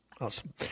Awesome